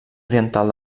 oriental